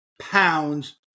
pounds